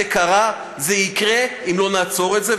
זה קרה וזה יקרה אם לא נעצור את זה.